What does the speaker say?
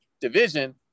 division